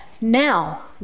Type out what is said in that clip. Now